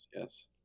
yes